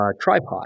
tripod